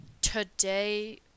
Today